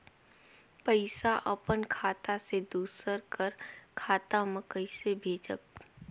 पइसा अपन खाता से दूसर कर खाता म कइसे भेजब?